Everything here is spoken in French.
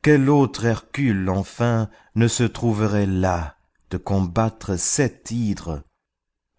quel autre hercule enfin ne se trouverait las de combattre cette hydre